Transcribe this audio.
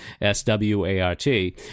S-W-A-R-T